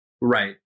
right